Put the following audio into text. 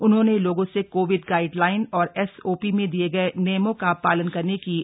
उन्होंने लोगों से कोविड गाइडलाइन और एसओपी में दिये गए नियमों का पालन करने की अपील की